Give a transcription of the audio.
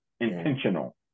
intentional